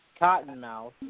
Cottonmouth